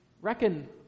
Reckon